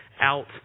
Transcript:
out